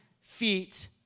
feet